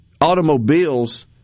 automobiles